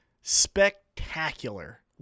spectacular